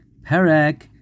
Perek